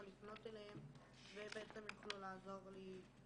לפנות אליהם והם בעצם יוכלו לעזור לי,